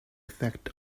effect